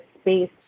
space